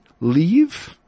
leave